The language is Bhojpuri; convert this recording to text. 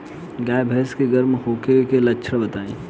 गाय भैंस के गर्म होखे के लक्षण बताई?